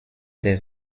der